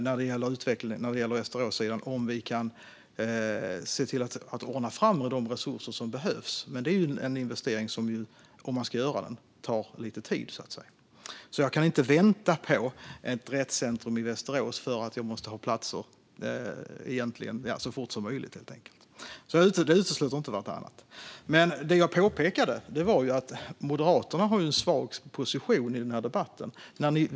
När det gäller Västerås får vi se om vi kan ordna fram de resurser som behövs, men det är en investering som, om den ska göras, tar lite tid. Jag kan inte vänta på ett rättscentrum i Västerås, för jag måste ha platser så fort som möjligt. Dessa saker utesluter inte varandra. Det jag påpekade var att Moderaterna har en svag position i denna debatt, Mikael Damsgaard.